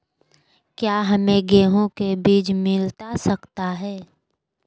क्या हमे गेंहू के बीज मिलता सकता है?